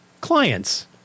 clients